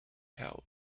held